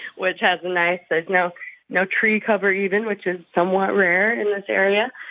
which has a nice there's no no tree cover even, which is somewhat rare in this area.